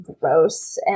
gross